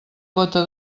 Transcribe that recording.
gota